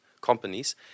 companies